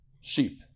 sheep